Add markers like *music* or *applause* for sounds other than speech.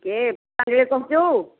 କିଏ *unintelligible* କହୁଛୁ